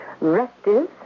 restive